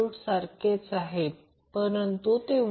आता P I 2 RLVg 2 RLR g RL 2 x g XL 2 हे समीकरण 1 आहे